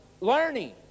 learning